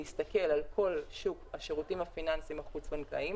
להסתכל על כל שוק השירותים הפיננסיים החוץ-בנקאיים,